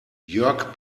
jörg